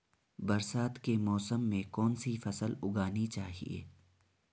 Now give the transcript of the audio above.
बरसात के मौसम में कौन सी फसल उगानी चाहिए?